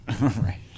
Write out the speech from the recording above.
Right